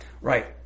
right